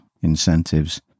incentives